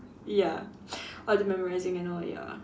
ya all the memorising and all ya